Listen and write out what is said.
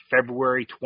february